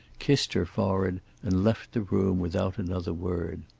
kissed her forehead, and left the room without another word.